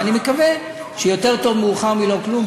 ואני מקווה שיותר טוב מאוחר מלא כלום.